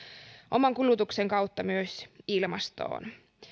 oman kulutuksen kautta myös ilmastoon